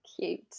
cute